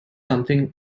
something